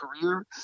career